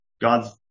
God's